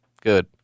Good